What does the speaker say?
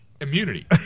immunity